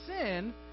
sin